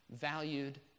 valued